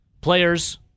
players